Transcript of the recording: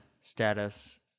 Status